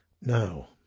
Now